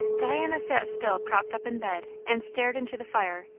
diana sat still propped up in bed and stared into the fire,